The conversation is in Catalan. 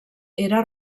era